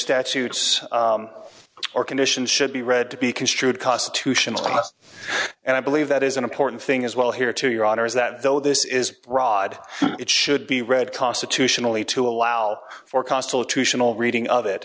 statute or condition should be read to be construed cost to us and i believe that is an important thing as well here to your honor is that though this is rod it should be read constitutionally to allow for constitutional reading of it